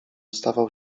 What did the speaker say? stawał